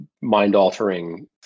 mind-altering